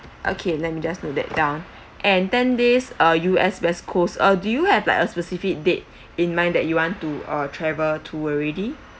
okay let me just note that down and ten days uh U_S west coast uh do you have like a specific date in mind that you want to uh travel to already